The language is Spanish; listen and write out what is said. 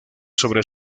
sobre